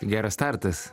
geras startas